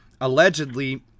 allegedly